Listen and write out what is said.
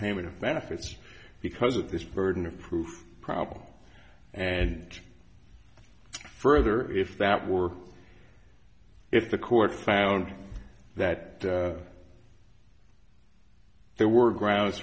payment of benefits because of this burden of proof problem and further if that were if the court found that there were grounds